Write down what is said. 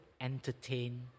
entertain